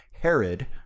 Herod